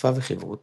שפה וחיברות